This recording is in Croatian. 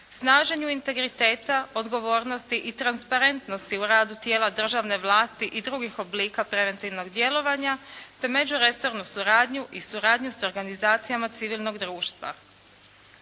snaženju integriteta, odgovornosti i transparentnosti u radu tijela državne vlasti i drugih oblika preventivnog djelovanja te međuresornu suradnju i suradnju s organizacijama civilnog društva.